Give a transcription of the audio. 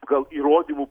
gal įrodymų